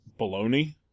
baloney